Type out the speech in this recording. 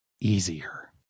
easier